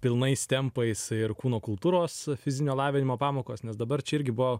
pilnais tempais ir kūno kultūros fizinio lavinimo pamokos nes dabar čia irgi buvo